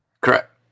Correct